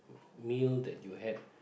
meal that you had